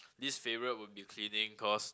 least favourite would be cleaning cause